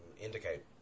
indicate